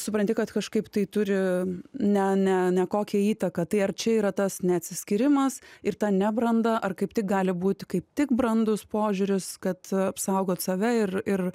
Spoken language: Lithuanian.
supranti kad kažkaip tai turi ne ne ne kokią įtaką tai ar čia yra tas neatsiskyrimas ir tą nebrandą ar kaip tik gali būti kaip tik brandus požiūris kad apsaugot save ir ir